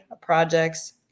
projects